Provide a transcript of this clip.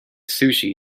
sushi